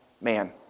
man